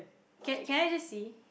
can can I just see